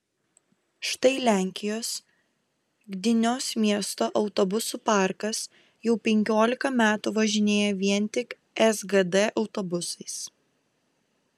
štai lenkijos gdynios miesto autobusų parkas jau penkiolika metų važinėja vien tik sgd autobusais